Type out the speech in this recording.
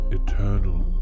eternal